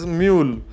mule